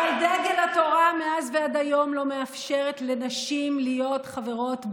אבל דגל התורה מאז ועד היום לא מאפשרת לנשים להיות חברות בה.